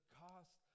cost